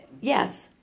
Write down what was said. Yes